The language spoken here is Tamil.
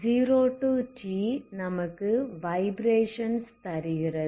0 to t நமக்கு வைப்ரேஷன்ஸ் இருக்கிறது